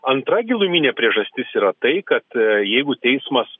antra giluminė priežastis yra tai kad jeigu teismas